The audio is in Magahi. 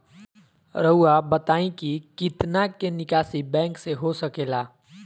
रहुआ बताइं कि कितना के निकासी बैंक से हो सके ला?